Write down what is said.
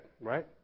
right